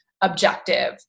objective